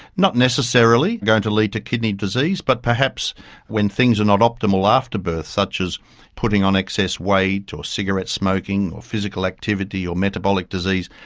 not necessarily going to lead to kidney disease but perhaps when things are not optimal after birth, such as putting on excess weight or cigarette smoking or physical activity or metabolic disease,